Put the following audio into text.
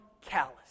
callous